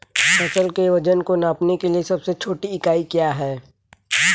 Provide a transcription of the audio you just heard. फसल के वजन को नापने के लिए सबसे छोटी इकाई क्या है?